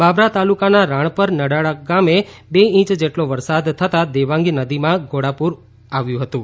બાબરા તાલુકાના રાણપર નડાળા ગામે બે ઇંચ જેટલો વરસાદ થતા દેવાંગી નદીમાં ઘોટાપુર આવ્યું હતું